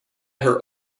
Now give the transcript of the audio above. her